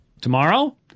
tomorrow